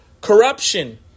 corruption